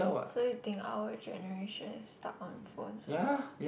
so you think our generation is stuck on phones a lot ah